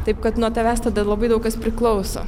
taip kad nuo tavęs tada labai daug kas priklauso